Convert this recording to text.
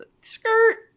Skirt